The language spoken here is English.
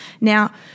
Now